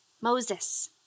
Moses